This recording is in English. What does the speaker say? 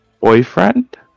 boyfriend